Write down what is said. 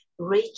Reiki